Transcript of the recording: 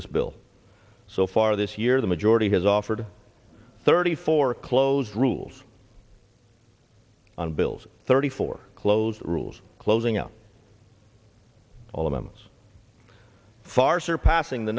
this bill so far this year the majority has offered thirty four close rules on bills thirty four close rules closing out all amendments far surpassing the